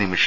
നിമിഷ